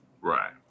Right